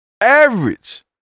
average